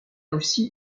aussi